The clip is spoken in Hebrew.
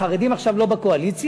החרדים עכשיו לא בקואליציה,